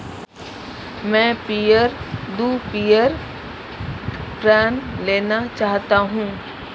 मैं peer to peer ऋण लेना चाहता हूँ